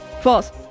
False